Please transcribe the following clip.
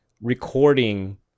recording